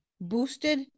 boosted